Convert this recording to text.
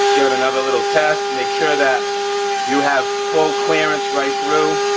another little test, make sure that you have full clearance right through,